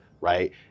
right